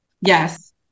Yes